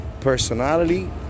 personality